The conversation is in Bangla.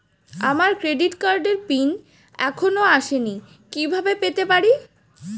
আমার ক্রেডিট কার্ডের পিন এখনো আসেনি কিভাবে পেতে পারি?